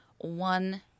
one